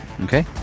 Okay